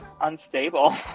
unstable